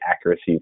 accuracy